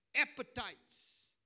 appetites